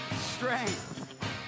strength